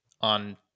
on